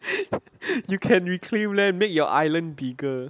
you can reclaim land make your island bigger